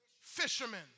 fishermen